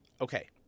Okay